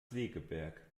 segeberg